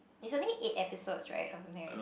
is only eight episodes right or something like that